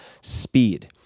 speed